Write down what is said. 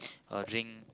uh during